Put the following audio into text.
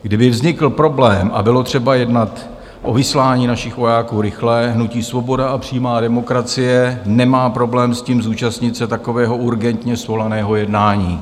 Kdyby vznikl problém a bylo třeba jednat o vyslání našich vojáků rychle, hnutí Svoboda a přímá demokracie nemá problém s tím, zúčastnit se takového urgentně svolaného jednání.